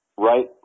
Right